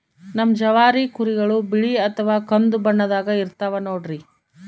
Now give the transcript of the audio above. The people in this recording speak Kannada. ನಮ್ ಜವಾರಿ ಕುರಿಗಳು ಬಿಳಿ ಅಥವಾ ಕಂದು ಬಣ್ಣದಾಗ ಇರ್ತವ ನೋಡ್ರಿ